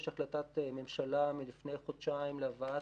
יש החלטת ממשלה מלפני חודשיים להבאת